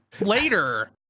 later